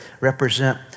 represent